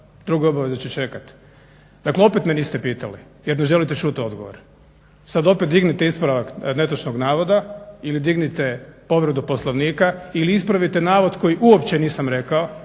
Druge obaveze će čekati. Dakle opet me niste pitali jer ne želite čuti odgovor. Sad opet dignite ispravak netočnog navoda ili dignite povredu Poslovnika ili ispravite navod koji uopće nisam rekao,